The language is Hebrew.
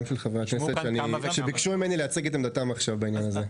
גם חברי הכנסת ביקשו ממני לייצג את עמדתם בנושא הזה.